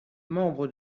membres